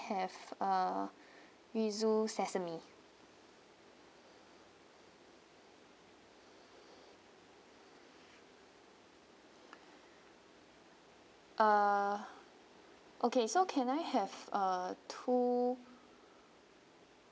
have uh yuzu sesame uh okay so can I have uh two